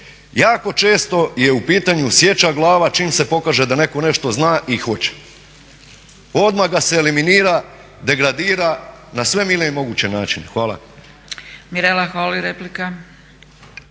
jako često je u pitanju sječa glava čim se pokaže da netko nešto zna i hoće. Odmah ga se eliminira, degradira na sve mile i moguće načine. Hvala.